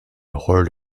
horde